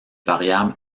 variable